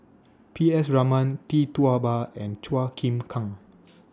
P S Raman Tee Tua Ba and Chua Chim Kang